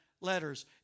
letters